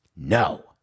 No